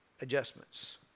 adjustments